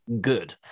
good